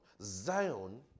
Zion